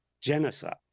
genocide